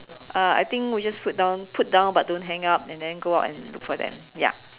uh I think we just put down put down but don't hang up and then go out and look for them ya